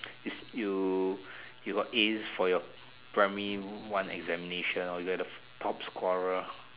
if you you got As for your primary one examination or you're the top scorer